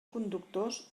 conductors